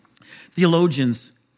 Theologians